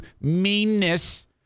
meanness